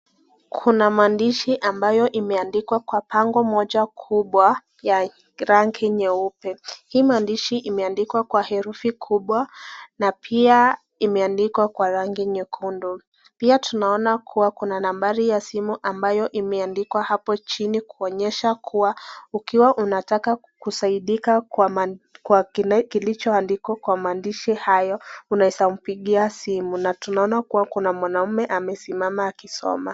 Kuna maandishi ambayo imeandikwa kwa bango moja kubwa ya rangi nyeupe. Hii maandishi imeandikwa kwa herufi kubwa na pia imeandikwa kwa rangi nyekundu, pia tunaona kuwa kuna nambari ya simu ambayo imeandikwa hapo chini kuonyesha kuwa ukiwa unataka kusaidika kwa kile kilicho andikwa kwa maandishi hayo unaweza mpigia simu na tunaona kuwa kuna mwanaume amesimama akisoma.